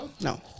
No